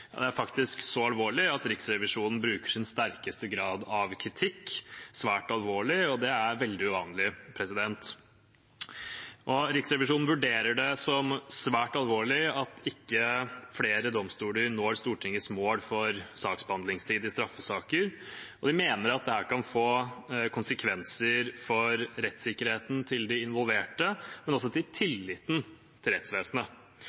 Det er faktisk så alvorlig at Riksrevisjonen bruker sin sterkeste grad av kritikk, «svært alvorlig», og det er veldig uvanlig. Riksrevisjonen vurderer det som svært alvorlig at flere domstoler ikke når Stortingets mål for saksbehandlingstid i straffesaker, og de mener at dette kan få konsekvenser for de involvertes rettssikkerhet, men også for tilliten til rettsvesenet.